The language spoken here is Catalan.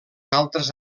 altres